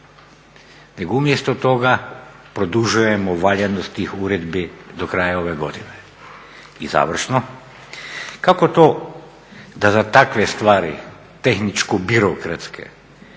nego umjesto toga produžujemo valjanost tih uredbi do kraja ove godine. I završno. Kako to da za takve stvari tehničko-birokratske